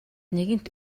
нэгэнт